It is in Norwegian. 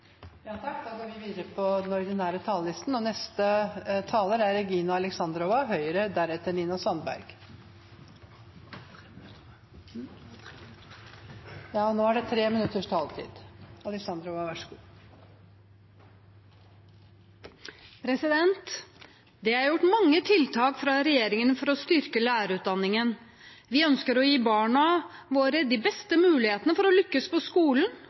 er replikkordskiftet omme. De talere som heretter får ordet, har en taletid på inntil 3 minutter. Det er gjort mange tiltak fra regjeringen for å styrke lærerutdanningen. Vi ønsker å gi barna våre de beste mulighetene for å lykkes på skolen